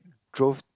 drove